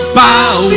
bow